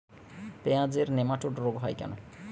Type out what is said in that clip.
পেঁয়াজের নেমাটোড রোগ কেন হয়?